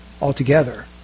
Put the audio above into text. altogether